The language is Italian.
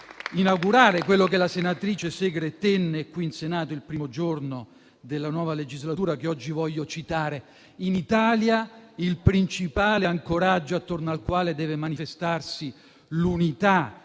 inaugurale, che tenne qui in Senato il primo giorno della nuova legislatura, che oggi voglio citare: «In Italia il principale ancoraggio attorno al quale deve manifestarsi l'unità